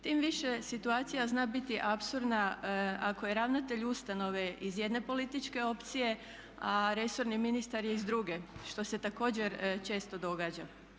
Tim više situacija zna biti situacija ako je ravnatelj ustanove iz jedne političke opcije a resorni ministar je iz druge, što se također često događa.